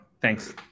Thanks